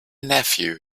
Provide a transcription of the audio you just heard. nephew